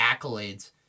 accolades